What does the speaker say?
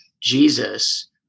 Jesus